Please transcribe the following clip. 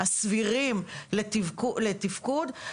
הסבירים לתפקוד.